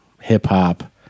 hip-hop